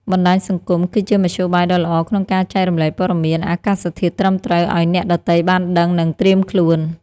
បណ្តាញសង្គម គឺជាមធ្យោបាយដ៏ល្អក្នុងការចែករំលែកព័ត៌មានអាកាសធាតុត្រឹមត្រូវឱ្យអ្នកដទៃបានដឹង និងត្រៀមខ្លួន។